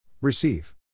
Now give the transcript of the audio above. Receive